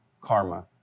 karma